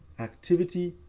activity,